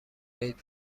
عید